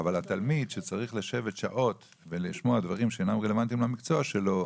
אבל התלמיד שצריך לשבת שעות ולשמוע דברים שאינם רלוונטיים למקצוע שלו,